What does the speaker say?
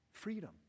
Freedom